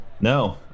No